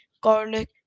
garlic